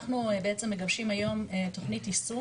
אנחנו בעצם מגבשים היום תכנית יישום